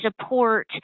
support